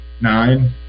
nine